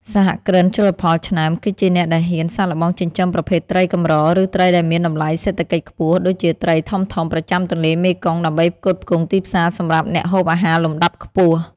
សហគ្រិនជលផលឆ្នើម គឺជាអ្នកដែលហ៊ានសាកល្បងចិញ្ចឹមប្រភេទត្រីកម្រ ឬត្រីដែលមានតម្លៃសេដ្ឋកិច្ចខ្ពស់ដូចជាត្រីធំៗប្រចាំទន្លេមេគង្គ ដើម្បីផ្គត់ផ្គង់ទីផ្សារសម្រាប់អ្នកហូបអាហារលំដាប់ខ្ពស់។